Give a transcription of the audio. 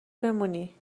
بمونی